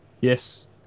Yes